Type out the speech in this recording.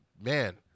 Man